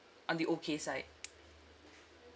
on the okay side